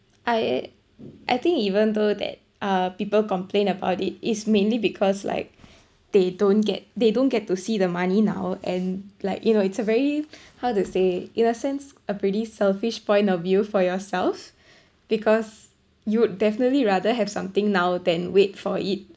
I I think even though that uh people complain about it it's mainly because like they don't get they don't get to see the money now and like you know it's a very how to say in a sense a pretty selfish point of view for yourself because you'd definitely rather have something now than wait for it